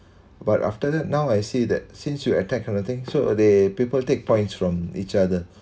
but after that now I say that since you attack kind of thing so uh they people take points from each other